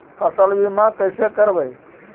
फसल बीमा कैसे करबइ?